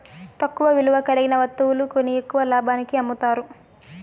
తక్కువ విలువ కలిగిన వత్తువులు కొని ఎక్కువ లాభానికి అమ్ముతారు